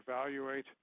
evaluate